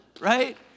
right